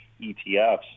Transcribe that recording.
ETFs